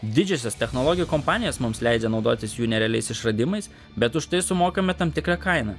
didžiosios technologijų kompanijos mums leidžia naudotis jų nerealiais išradimais bet už tai sumokame tam tikrą kainą